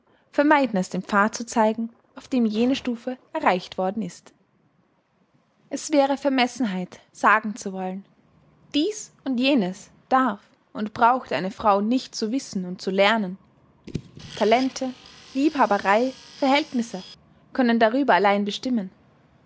vermeiden es den pfad zu zeigen auf dem jene stufe erreicht worden ist es wäre vermessenheit sagen zu wollen dies und jenes darf und braucht eine frau nicht zu wissen und zu lernen talente liebhaberei verhältnisse können darüber allein bestimmen